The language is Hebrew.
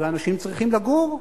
ואנשים צריכים לגור,